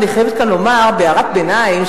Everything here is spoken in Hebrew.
אני חייבת כאן לומר בהערת ביניים,